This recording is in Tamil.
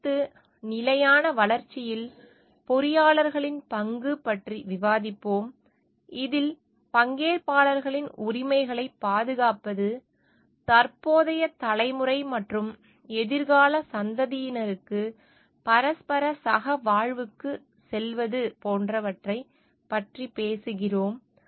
அடுத்து நிலையான வளர்ச்சியில் பொறியாளர்களின் பங்கு பற்றி விவாதிப்போம் இதில் பங்கேற்பாளர்களின் உரிமைகளைப் பாதுகாப்பது தற்போதைய தலைமுறை மற்றும் எதிர்கால சந்ததியினருக்கு பரஸ்பர சகவாழ்வுக்குச் செல்வது போன்றவற்றைப் பற்றி பேசுகிறோம்